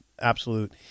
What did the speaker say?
absolute